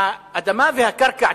האדמה והקרקע,